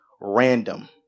random